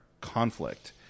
conflict